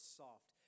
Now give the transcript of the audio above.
soft